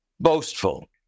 boastful